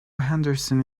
henderson